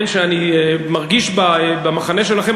שאני מרגיש במחנה שלכם,